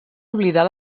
oblidar